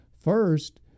First